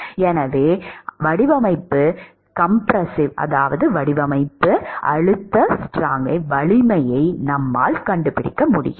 எனவே design compressive ஸ்ட்ரெங்டை வலிமையை நம்மால் கண்டுபிடிக்க முடியும்